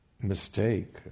mistake